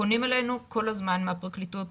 פונים אלינו כל הזמן מהפרקליטות,